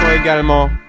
également